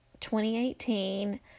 2018